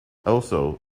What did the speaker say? also